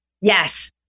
Yes